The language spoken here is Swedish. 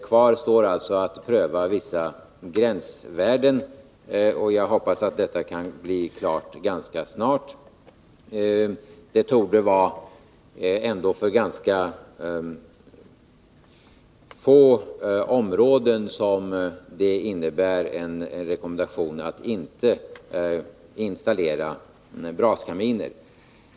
Det återstår alltså en prövning av vissa gränsvärden. Jag hoppas att dessa gränsvärden kan fastställas ganska snart. Det torde ändå vara ganska få områden för vilka värdena innebär en rekommendation att inte installera braskaminer.